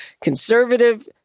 Conservative